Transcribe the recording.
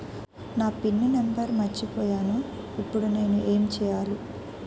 నా pin number మర్చిపోయాను ఇప్పుడు నేను ఎంచేయాలి?